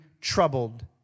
troubled